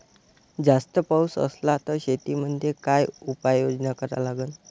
जास्त पाऊस असला त शेतीमंदी काय उपाययोजना करा लागन?